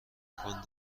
امکان